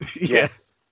yes